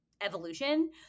evolution